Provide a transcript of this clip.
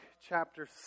chapter